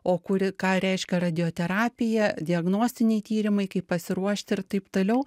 o kuri ką reiškia radioterapija diagnostiniai tyrimai kaip pasiruošti ir taip toliau